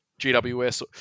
GWS